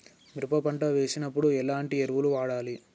మినప పంట వేసినప్పుడు ఎలాంటి ఎరువులు వాడాలి?